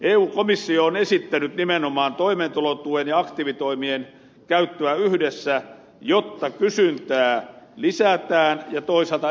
eun komissio on esittänyt nimenomaan toimeentulotuen ja aktiivitoimien käyttöä yhdessä jotta kysyntää lisätään ja toisaalta estetään syrjäytymistä